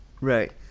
Right